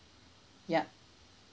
yup